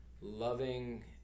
loving